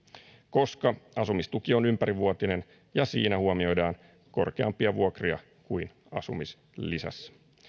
koska asumistuki on ympärivuotinen ja siinä huomioidaan korkeampia vuokria kuin asumislisässä